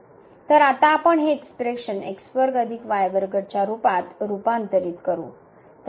तर आता आपण हे एक्सप्रेशन च्या रूपात रूपांतरित करू